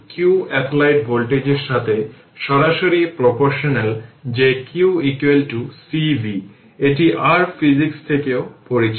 এখন আরেকটি বিষয় হল এই কারেন্টের দিকে তাকান এই 4 Ω রেজিস্ট্যান্সের মধ্য দিয়ে যে কারেন্ট প্রবাহিত হয় তা i হিসাবে নেওয়া হয়